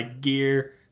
gear